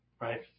right